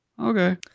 okay